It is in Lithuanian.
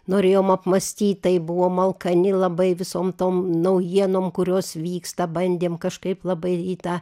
norėjom apmąstyt tai buvom alkani labai visom tom naujienom kurios vyksta bandėm kažkaip labai į tą